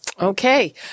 Okay